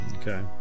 Okay